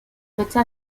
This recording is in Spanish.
fecha